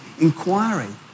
inquiry